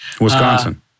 Wisconsin